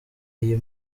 iyi